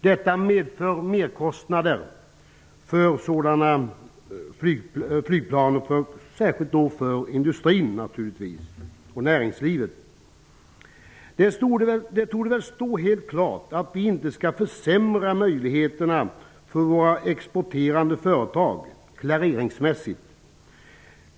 Detta medför merkostnader för industrin och näringslivet. Det torde väl stå helt klart att vi inte skall försämra möjligheterna för våra exporterande företag klareringsmässigt.